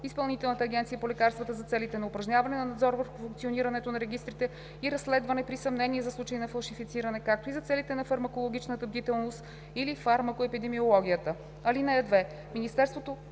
Изпълнителната агенция по лекарствата – за целите на упражняване на надзор върху функционирането на регистрите и разследване при съмнение за случаи на фалшифициране, както и за целите на фармакологичната бдителност или фармакоепидемиологията; 2. Министерството